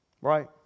Right